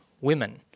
women